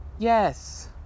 Yes